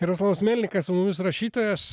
jaroslavas melnikas su mumis rašytojas